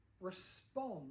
respond